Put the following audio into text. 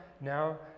now